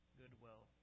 goodwill